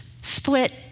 split